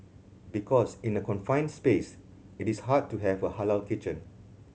because in a confined space it is hard to have a halal kitchen